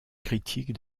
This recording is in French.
critique